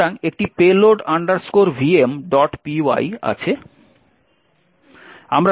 সুতরাং একটি payload vmpy আছে